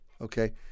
Okay